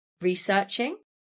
researching